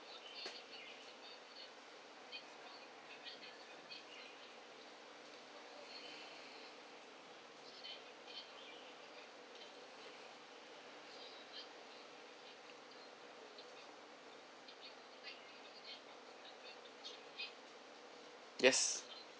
yes